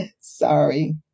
Sorry